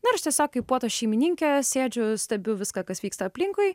na ir aš tiesiog kaip puotos šeimininkė sėdžiu stebiu viską kas vyksta aplinkui